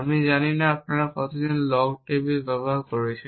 আমি জানি না আপনারা কতজন লগ টেবিল ব্যবহার করেছেন